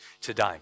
today